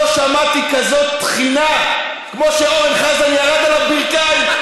לא שמעתי כזאת תחינה כמו שאורן חזן ירד על הברכיים,